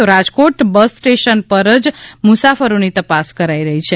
તો Rajkot bus station પર જ મુસાફરોની તપાસ કરાઇ રહી છે